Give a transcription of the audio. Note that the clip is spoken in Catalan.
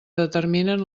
determinen